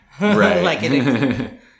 Right